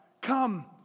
come